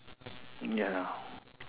ya